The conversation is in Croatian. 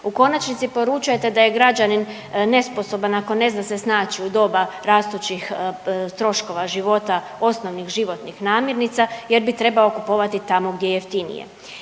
U konačnici poručujete da je građanin nesposoban ako ne zna se snaći u doba rastućih troškova života osnovnih životnih namirnica jer bi trebao kupovati tamo gdje je jeftinije.